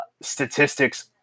statistics